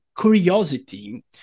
curiosity